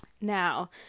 Now